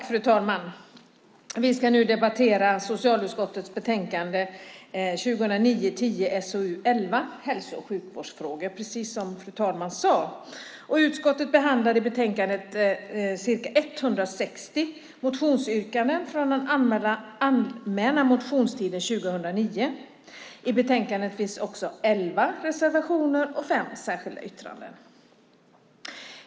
Fru talman! Vi ska nu debattera socialutskottets betänkande 2009/10:SoU11 Hälso och sjukvårdsfrågor , precis som fru talmannen sade. Utskottet behandlade i betänkandet ca 160 motionsyrkanden från den allmänna motionstiden 2009. I betänkandet finns också elva reservationer och fem särskilda yttranden.